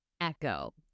ECHO